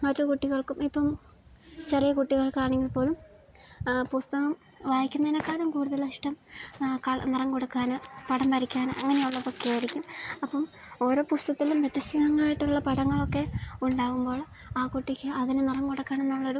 മറ്റു കുട്ടികൾക്കും ഇപ്പം ചെറിയ കുട്ടികൾക്കാണെങ്കില്പ്പോലും പുസ്തകം വായിക്കുന്നതിനേക്കാളും കൂടുതലിഷ്ടം നിറം കൊടുക്കാനും പടം വരയ്ക്കാനും അങ്ങനെയുള്ളതൊക്കെയായിരിക്കും അപ്പം ഓരോ പുസ്തത്തിലും വ്യത്യസ്ഥങ്ങളായിട്ടുള്ള പടങ്ങളൊക്കെ ഉണ്ടാകുമ്പോള് ആ കുട്ടിക്ക് അതിന് നിറം കൊടുക്കണമെന്നുള്ളൊരു